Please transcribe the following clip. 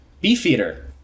Beefeater